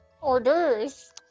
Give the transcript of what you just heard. orders